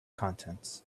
contents